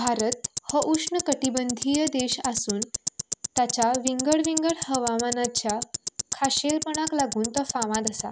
भारत हो उश्ण कठिबंधीय देश आसून ताच्या विंगड विंगड हवामानाच्या खाशेलपणाक लागून तो फामाद आसा